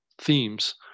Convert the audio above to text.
themes